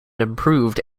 improved